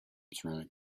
ceramic